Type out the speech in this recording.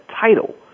title